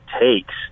takes